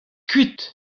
kuit